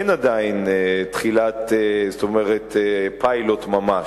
אין עדיין תחילת, זאת אומרת, פיילוט ממש.